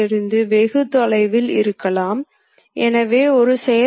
கடிகார எதிர்ப்பு வாரியாக குறிப்பிட்டால் இது வரையப்படும்